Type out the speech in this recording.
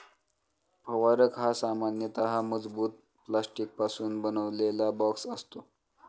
फवारक हा सामान्यतः मजबूत प्लास्टिकपासून बनवलेला बॉक्स असतो